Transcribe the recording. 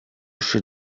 się